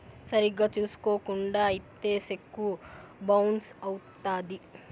సరిగ్గా చూసుకోకుండా ఇత్తే సెక్కు బౌన్స్ అవుత్తది